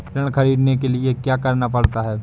ऋण ख़रीदने के लिए क्या करना पड़ता है?